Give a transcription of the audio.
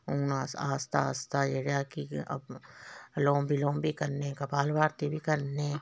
हून अस आस्ता आस्ता जेह्ड़ा कि अलोम बिलोम बी करने कपाल भारती बी करने